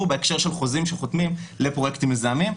בהקשר של חוזים שחותמים לפרויקטים מזהמים.